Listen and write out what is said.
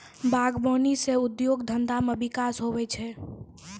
बागवानी से उद्योग धंधा मे बिकास हुवै छै